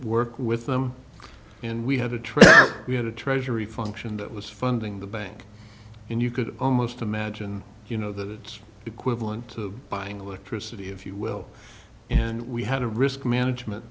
work with them and we have a track we had a treasury function that was funding the bank and you could almost imagine you know that it's equivalent to buying electricity if you will and we had a risk management